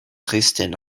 christian